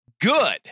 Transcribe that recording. good